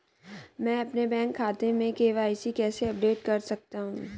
मैं अपने बैंक खाते में के.वाई.सी कैसे अपडेट कर सकता हूँ?